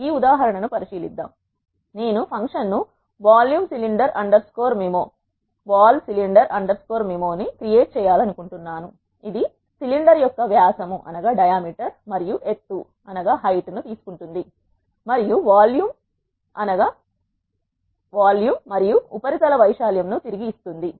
ఈ ఉదాహరణ ను పరిశీలిద్దాం నేను ఫంక్షన్ ను volume cylinder underscore MIMIO ని క్రియేట్ చేయాలనుకుంటున్నాను ఇది సిలిండర్ యొక్క వ్యాసం మరియు ఎత్తు ను తీసుకుంటుంది మరియు వాల్యూమ్ మరియు ఉపరితల వైశాల్యం ని తిరిగి ఇస్తుంది